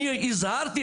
אני הזהרתי.